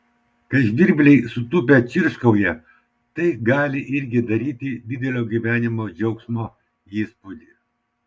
kai žvirbliai sutūpę čirškauja tai gali irgi daryti didelio gyvenimo džiaugsmo įspūdį